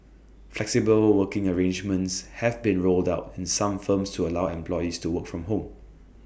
flexible working arrangements have been rolled out in some firms to allow employees to work from home